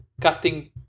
casting